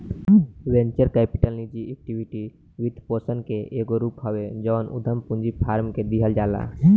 venture capital निजी equity वित्तपोषण के एगो रूप हवे जवन उधम पूंजी फार्म के दिहल जाला